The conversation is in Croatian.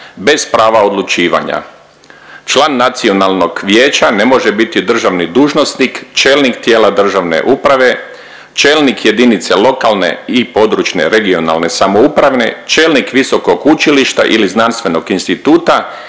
bez prava odlučivanja. Član nacionalnog vijeća ne može biti državni dužnosnik, čelnika tijela državne uprave, čelnika jedinice lokalne i područne (regionalne) samoupravne, čelnik visokog učilišta ili znanstvenog instituta